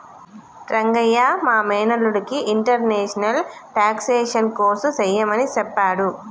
రంగయ్య మా మేనల్లుడికి international taxation course సెయ్యమని సెప్పాడు